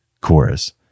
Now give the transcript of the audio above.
chorus